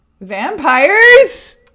vampires